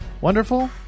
wonderful